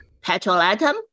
petrolatum